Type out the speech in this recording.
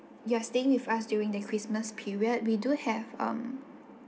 you are staying with us during the christmas period we do have um